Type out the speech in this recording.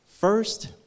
First